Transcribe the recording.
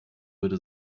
würde